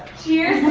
hear